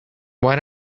why